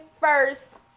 first